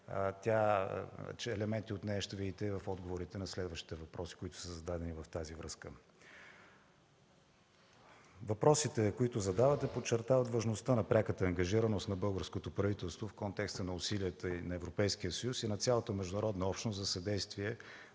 елементи от нея ще видите в отговорите на следващите въпроси, които са зададени в тази връзка. Въпросите, които задавате, подчертават важността на пряката ангажираност на българското правителство в контекста на усилията и на Европейския съюз и на цялата международна общност за съдействие